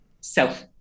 self